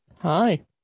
Hi